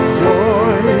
joy